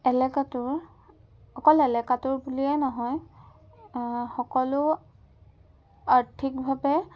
এলেকাটোৰ অকল এলেকাটোৰ বুলিয়েই নহয় সকলো আৰ্থিকভাৱে